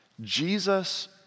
Jesus